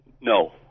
No